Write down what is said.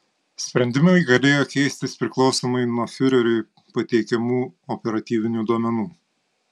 sprendimai galėjo keistis priklausomai nuo fiureriui pateikiamų operatyvinių duomenų